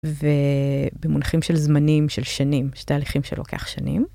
ובמונחים של זמנים של שנים, יש תהליכים שלוקח שנים.